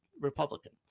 Republican